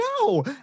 no